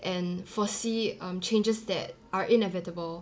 and foresee um changes that are inevitable